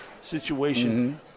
situation